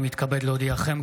אני מתכבד להודיעכם,